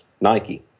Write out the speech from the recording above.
Nike